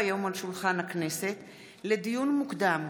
לדיון מוקדם,